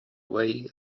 way